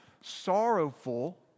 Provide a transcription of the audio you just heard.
sorrowful